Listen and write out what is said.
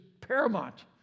paramount